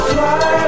Fly